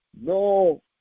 No